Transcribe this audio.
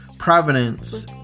providence